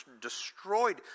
destroyed